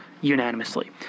unanimously